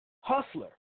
Hustler